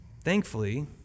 Thankfully